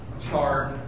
chart